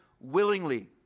willingly